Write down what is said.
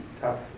tough